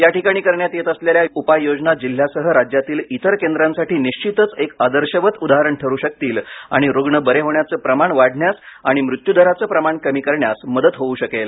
या ठिकाणी करण्यात येत असलेल्या उपाययोजना जिल्ह्यासह राज्यातील इतर केंद्रांसाठी निश्वितच एक आदर्शवत उदाहरण ठरू शकतील आणि रुग्ण बरे होण्याचं प्रमाण वाढण्यास आणि मृत्यूदराचे प्रमाण कमी करण्यास मदत होऊ शकेल